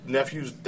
nephews